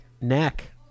neck